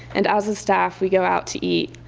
and as a staff we go out to eat.